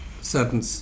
certain